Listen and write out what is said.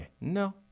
No